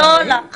לא רק מעצרים.